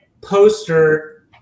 poster